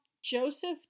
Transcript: Joseph